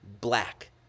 black